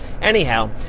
Anyhow